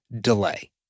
delay